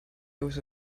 always